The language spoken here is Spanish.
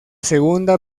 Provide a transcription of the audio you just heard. segunda